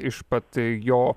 iš pat jo